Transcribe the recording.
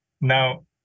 now